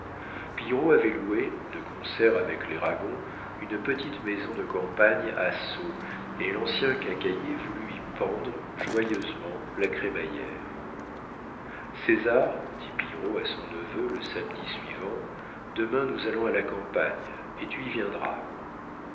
pillerault avait loué de concert avec les ragon une petite maison de campagne à sceaux et l'ancien quincaillier voulut y pendre joyeusement la crémaillère césar dit pillerault à son neveu le samedi soir demain nous allons à la campagne et tu y viendras